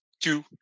two